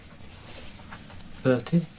thirty